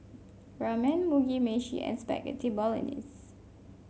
Ramen Mugi Meshi and Spaghetti Bolognese